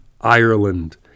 Ireland